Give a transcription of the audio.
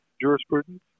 jurisprudence